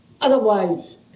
Otherwise